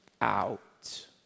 out